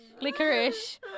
Licorice